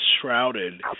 shrouded